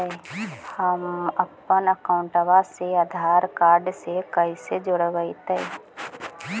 हमपन अकाउँटवा से आधार कार्ड से कइसे जोडैतै?